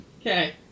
Okay